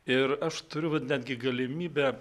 ir aš turiu vat netgi galimybę